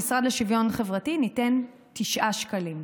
המשרד לשוויון חברתי, ניתן תשעה שקלים.